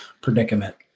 predicament